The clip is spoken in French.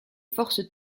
forces